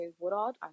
Woodard